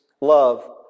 love